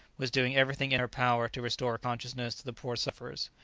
was doing everything in her power to restore consciousness to the poor sufferers.